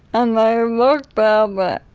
and i looked but but